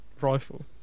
rifle